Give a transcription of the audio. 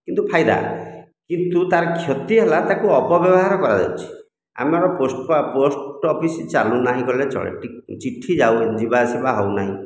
କିନ୍ତୁ ଫାଇଦା କିନ୍ତୁ ତାର କ୍ଷତି ହେଲା ତାକୁ ଅପବ୍ୟବହାର କରାଯାଉଛି ଆମର ପୁଷ୍ପା ପୋଷ୍ଟ ଅଫିସ ଚାଲୁନାହିଁ କହିଲେ ଚଳେ ଚିଠି ଯିବା ଯାଉ ଆସିବା ହେଉନାହିଁ